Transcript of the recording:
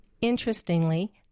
interestingly